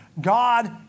God